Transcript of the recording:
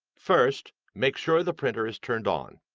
first, make sure the printer is turned on.